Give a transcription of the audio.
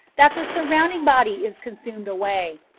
that the surrounding body is consumed away,